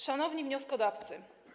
Szanowni Wnioskodawcy!